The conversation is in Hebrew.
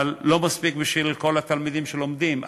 אבל לא מספיק בשביל כל התלמידים שלומדים שם,